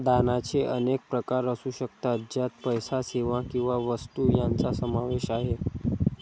दानाचे अनेक प्रकार असू शकतात, ज्यात पैसा, सेवा किंवा वस्तू यांचा समावेश आहे